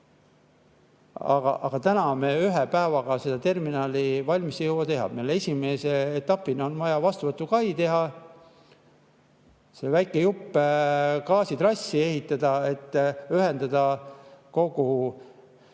Aga praegu me ühe päevaga seda terminali valmis ei jõua teha. Esimese etapina on vaja vastuvõtukai teha, see väike jupp gaasitrassi ehitada, et ühendada kogu